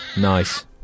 Nice